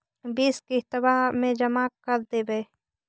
बिस किस्तवा मे जमा कर देवै?